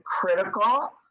critical